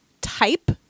type